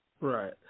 Right